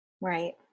Right